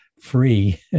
free